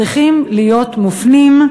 צריכות להיות מופנות,